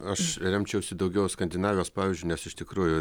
aš remčiausi daugiau skandinavijos pavyzdžiu nes iš tikrųjų